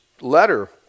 letter